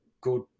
good